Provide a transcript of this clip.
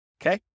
Okay